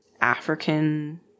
African